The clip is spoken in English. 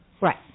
Right